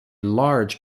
large